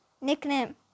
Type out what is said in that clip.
nickname